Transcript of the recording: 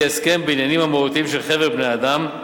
הסכם בעניינים המהותיים של חבר בני-האדם,